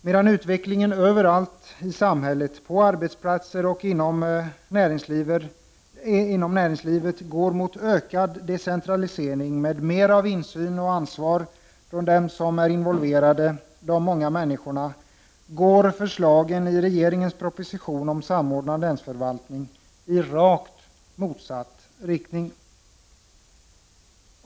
Medan utvecklingen överallt i samhället, på arbetsplatser och inom näringslivet, går i riktning mot ökad decentralisering med mer av insyn och ansvar från dem som är involverade, de många människorna, går förslagen i regeringens proposition om samordnad länsförvaltning i rakt motsatt riktning.